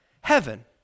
heaven